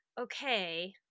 okay